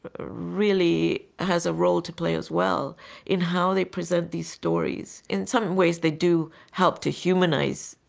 ah really has a role to play as well in how they present these stories. in some ways they do help to humanize